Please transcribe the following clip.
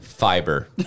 Fiber